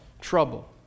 trouble